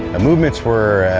movements were